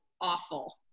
awful